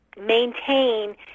Maintain